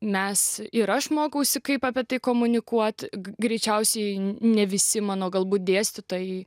mes ir aš mokausi kaip apie tai komunikuoti greičiausiai ne visi mano galbūt dėstytojai